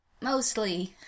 mostly